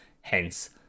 hence